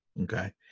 Okay